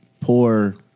poor